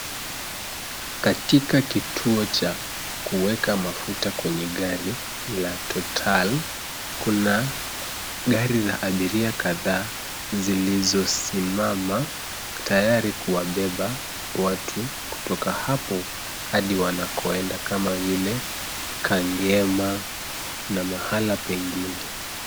Katika kituo cha kuweka mafuta kwenye gari la Total, kuna gari za abiria kadhaa zilizosimama tayari kuwabeba watu kutoka hapo hadi wanakoenda kama vile Kangema na mahala pengine.